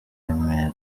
remera